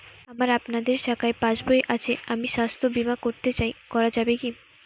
আমার আপনাদের শাখায় পাসবই আছে আমি স্বাস্থ্য বিমা করতে চাই করা যাবে কি?